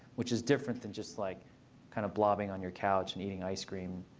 which is different than just like kind of blobbing on your couch and eating ice cream,